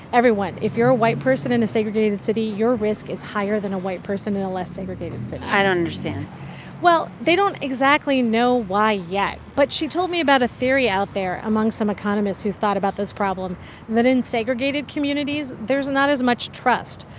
everyone. if you're a white person in a segregated city, your risk is higher than a white person in a less segregated city so i don't understand well, they don't exactly know why yet. but she told me about a theory out there among some economists who've thought about this problem that in segregated communities, there's not as much trust.